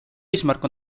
eesmärk